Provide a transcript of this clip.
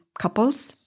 couples